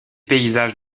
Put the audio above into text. paysages